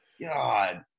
God